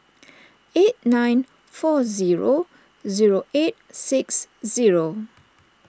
eight nine four zero zero eight six zero